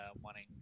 wanting